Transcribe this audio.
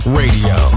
radio